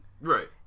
Right